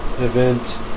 Event